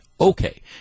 Okay